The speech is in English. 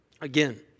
Again